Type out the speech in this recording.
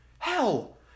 Hell